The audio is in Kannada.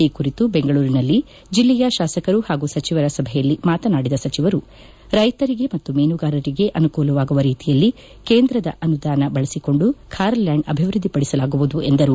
ಈ ಕುರಿತು ಬೆಂಗಳೂರಿನಲ್ಲಿ ಜಿಲ್ಲೆಯ ಶಾಸಕರು ಹಾಗೂ ಸಚಿವರ ಸಭೆಯಲ್ಲಿ ಮಾತನಾದಿದ ಸಚಿವರು ರೈತರಿಗೆ ಮತ್ತು ಮೀನುಗಾರರಿಗೆ ಅನುಕೂಲವಾಗುವ ರೀತಿಯಲ್ಲಿ ಕೇಂದ್ರದ ಅನುದಾನ ಬಳಸಿಕೊಂಡು ಖಾರ್ಲ್ಲ್ಯಾಂಡ್ ಅಭಿವೃದ್ದಿಪಡಿಸಲಾಗುವುದು ಎಂದರು